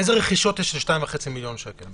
איזה רכישות יש ב-2.5 מיליון שקל?